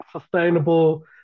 sustainable